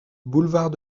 boulevard